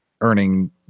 earning